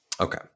Okay